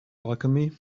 alchemy